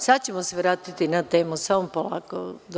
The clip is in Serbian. Sada ćemo se vratiti na temu, samo polako.